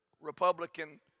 Republican